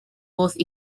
both